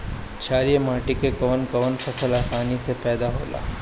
छारिया माटी मे कवन कवन फसल आसानी से पैदा होला?